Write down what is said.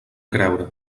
creure